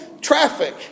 traffic